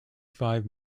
five